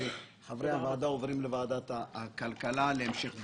חברי הוועדה עוברים לוועדת הכלכלה להמשך דיון.